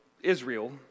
Israel